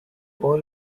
old